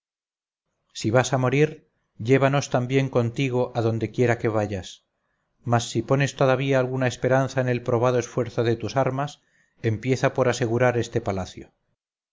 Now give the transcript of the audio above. si vas a morir llévanos también contigo adonde quiera que vayas mas si pones todavía alguna esperanza en el probado esfuerzo de tus armas empieza por asegurar este palacio